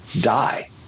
die